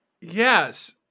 Yes